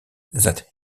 that